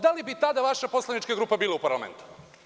Da li bi tada vaša poslanička grupa bila u parlamentu?